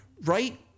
right